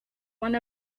one